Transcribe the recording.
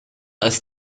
ist